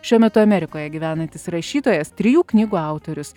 šiuo metu amerikoje gyvenantis rašytojas trijų knygų autorius